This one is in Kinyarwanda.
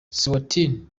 eswatini